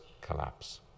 collapse